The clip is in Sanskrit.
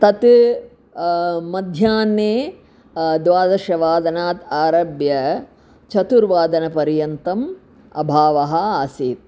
तत् मध्याह्ने द्वादशवादनात् आरभ्य चतुर्वादनपर्यन्तम् अभावः आसीत्